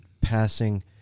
passing